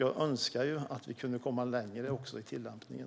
Jag önskar att vi kunde komma längre i tillämpningen.